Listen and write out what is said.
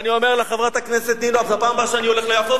אני אומר לך שבפעם הבאה שאני הולך ליפו,